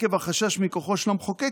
עקב החשש מכוחו של מחוקק,